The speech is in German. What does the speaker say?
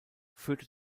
führte